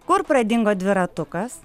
kur pradingo dviratukas